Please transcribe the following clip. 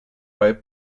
bei